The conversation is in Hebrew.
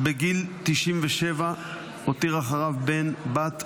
-- בגיל 97. הותיר אחריו בן, בת ונכדים.